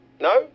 No